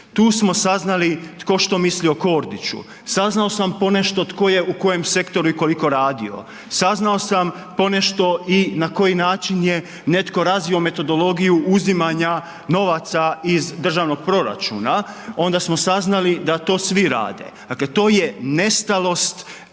Tu smo saznali tko što misli o Kordiću, saznao sam ponešto tko je u kojem sektoru i koliko radio, saznao sam ponešto i na koji način je netko razvio metodologiju uzimanja novaca iz državnog proračuna, onda smo saznali da to svi rade, dakle, to je nestalost,